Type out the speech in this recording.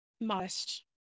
Modest